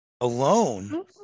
alone